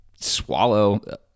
swallow